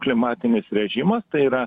klimatinis režimas tai yra